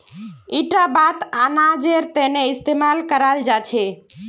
इटा बात अनाजेर तने इस्तेमाल कराल जा छे